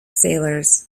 sailors